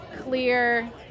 clear